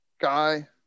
guy